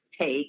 take